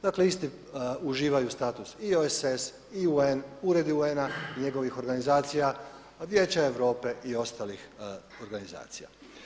Dakle isti uživaju status i OESS i UN, uredi UN-a i njegovih organizacija, Vijeća Europe i ostalih organizacija.